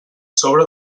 sobre